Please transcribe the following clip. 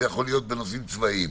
זה יכול להיות בנושאים צבאיים.